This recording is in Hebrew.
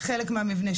חלק מהמבנה,